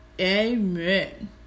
amen